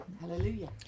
Hallelujah